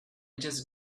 just